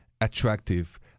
attractive